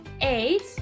eight